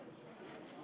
הצעת